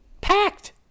Packed